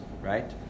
right